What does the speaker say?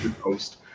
post